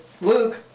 Luke